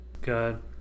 Good